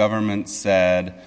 government said